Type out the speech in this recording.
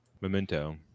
Memento